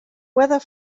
weather